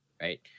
right